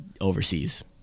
overseas